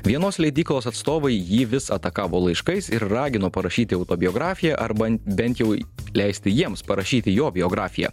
vienos leidyklos atstovai jį vis atakavo laiškais ir ragino parašyti autobiografiją arba bent jau leisti jiems parašyti jo biografiją